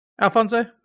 Alfonso